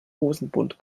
hosenbund